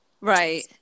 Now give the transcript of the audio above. right